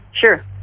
Sure